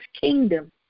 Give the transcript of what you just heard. kingdom